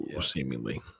seemingly